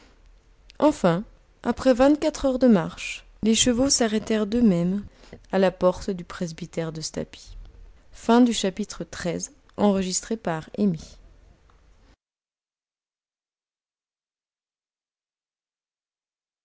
enfin après vingt-quatre heures de marche les chevaux s'arrêtèrent d'eux-mêmes à la porte du presbytère de stapi xiv